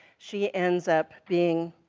she ends up being